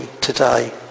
today